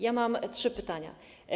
Ja mam trzy pytania.